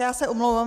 Já se omlouvám.